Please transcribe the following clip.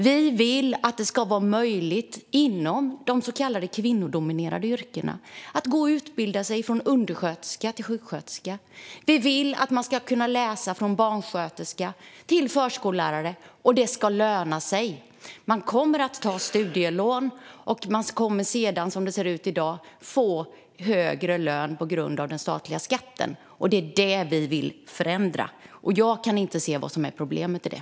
Vi vill att det ska vara möjligt att utbilda sig inom de så kallade kvinnodominerade yrkena. Vi vill att man ska kunna läsa från undersköterska till sjuksköterska eller från barnsköterska till förskollärare och att det ska löna sig. Man kommer att ta studielån, och man kommer sedan, som det ser ut i dag, att få högre lön på grund av den statliga skatten. Det är det vi vill förändra. Jag kan inte se vad som är problemet i det.